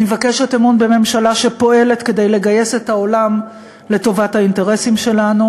אני מבקשת אמון בממשלה שפועלת כדי לגייס את העולם לטובת האינטרסים שלנו.